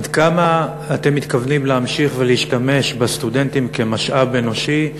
עד כמה אתם מתכוונים להמשיך ולהשתמש בסטודנטים כמשאב אנושי,